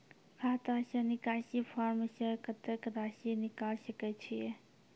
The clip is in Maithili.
खाता से निकासी फॉर्म से कत्तेक रासि निकाल सकै छिये?